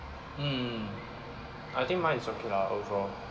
mm I think mine is okay lah overall